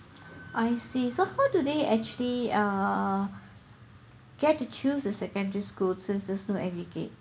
I see so how do they actually err get to choose the secondary school since there is no aggregate